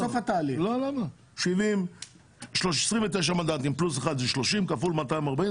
70. 29 מנדטים פלוס 1 זה 30 כפול 240,